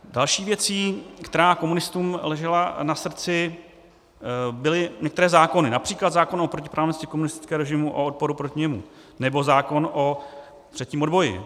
Další věcí, která komunistům ležela na srdci, byly některé zákony, například zákon o protiprávnosti komunistického režimu a o odporu proti němu nebo zákon o třetím odboji.